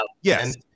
yes